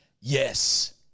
Yes